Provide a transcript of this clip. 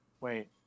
wait